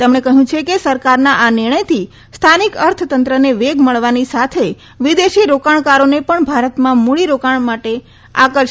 તેમણે કહયું છે કે સરકારના આ નિર્ણથથી સ્થાનિક અર્થ તંત્રને વેગ મળવાની સાથે વિદેશી રોકાણકારોને ભારતમાં મુડી રોકાણ માટે આકર્ષશે